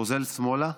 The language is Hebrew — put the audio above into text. פוזל שמאלה,